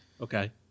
Okay